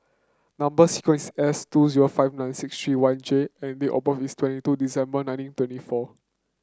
number sequence is S two zero five nine six three one J and date of birth is twenty two December nineteen twenty four